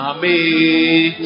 Amen